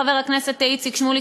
חבר הכנסת איציק שמולי,